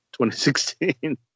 2016